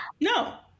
no